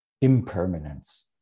impermanence